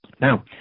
Now